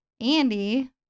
Andy